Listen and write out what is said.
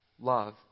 love